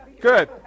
Good